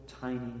tiny